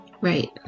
right